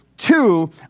two